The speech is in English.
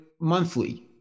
monthly